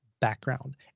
background